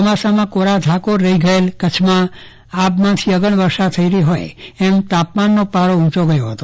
ચોમાસમાં કોરા ધાકોર રહીગયેલા કચ્છમાં આભમાંથી ઓગનવર્ષા થઈ રહી હોવાથી તાપમાનનો પારો ઉચો ગયો હતો